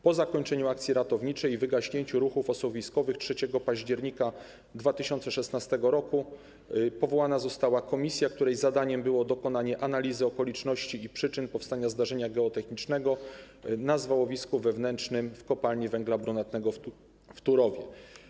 Po zakończeniu akcji ratowniczej i wygaśnięciu ruchów osuwiskowych 3 października 2016 r. powołana została komisja, której zadaniem było dokonanie analizy okoliczności i przyczyn powstania zdarzenia geotechnicznego na zwałowisku wewnętrznym w kopalni węgla brunatnego w Turowie.